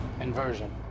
Inversion